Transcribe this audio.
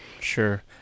sure